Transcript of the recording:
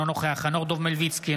אינו נוכח חנוך דב מלביצקי,